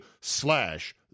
slash